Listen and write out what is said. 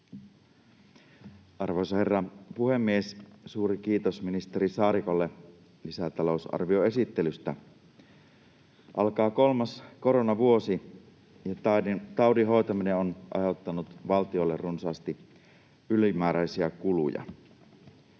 Arvoisa herra puhemies! Suuri kiitos ministeri Saarikolle lisätalousarvioesittelystä. Alkaa kolmas koronavuosi, ja taudin hoitaminen on aiheuttanut valtiolle runsaasti ylimääräisiä kuluja.